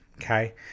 okay